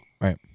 right